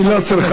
היא לא צריכה.